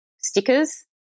stickers